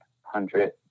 hundred